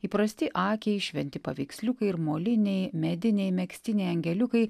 įprasti akiai šventi paveiksliukai ir moliniai mediniai megztiniai angeliukai